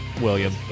william